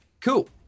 Cool